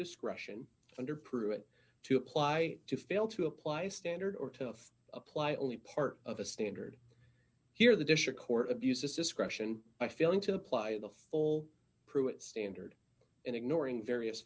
discretion under pruitt to apply to fail to apply standard or to of apply only part of a standard here the district court abuses discretion by feeling to apply the full pruitt standard and ignoring various